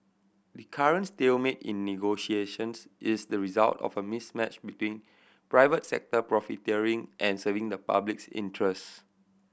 the current stalemate in negotiations is the result of a mismatch between private sector profiteering and serving the public's interest